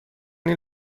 این